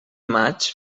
maig